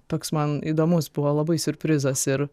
toks man įdomus buvo labai siurprizas ir